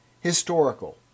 historical